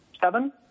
seven